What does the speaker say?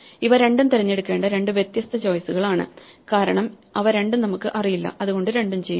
ഇവ രണ്ടും തിരഞ്ഞെടുക്കേണ്ട രണ്ട് വ്യത്യസ്ത ചോയിസുകളാണ് കാരണം അവ രണ്ടും നമുക്ക് അറിയില്ല അതുകൊണ്ട് രണ്ടും ചെയ്യുന്നു